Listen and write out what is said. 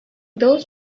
those